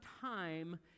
time